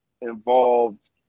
involved